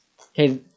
Okay